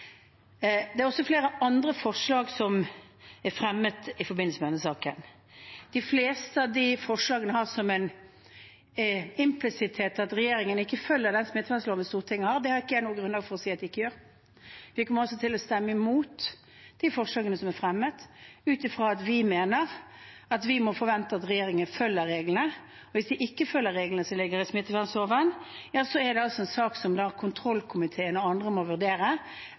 Det er også fremmet flere andre forslag i forbindelse med denne saken. De fleste av de forslagene har implisitt at regjeringen ikke følger den smittevernloven Stortinget har vedtatt. Det har ikke jeg noe grunnlag for å si at den ikke gjør. Vi kommer altså til å stemme imot de forslagene som er fremmet, ut fra at vi mener vi må forvente at regjeringen følger reglene. Hvis de ikke følger reglene som ligger i smittevernloven, er det en sak hvor kontrollkomiteen og andre etterpå må vurdere